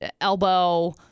elbow